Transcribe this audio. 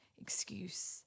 excuse